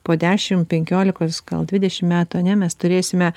po dešimt penkiolikos gal dvidešimt metų ane mes turėsime